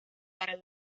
para